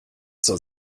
zur